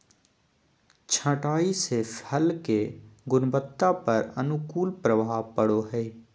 छंटाई से फल के गुणवत्ता पर अनुकूल प्रभाव पड़ो हइ